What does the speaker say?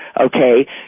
okay